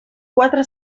quatre